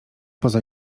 poza